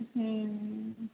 हुँ